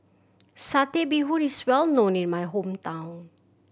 Satay Bee Hoon is well known in my hometown